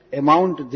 amount